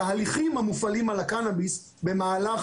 תהליכים המופעלים על הקנאביס במהלך